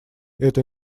эта